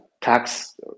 tax